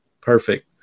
Perfect